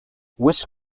which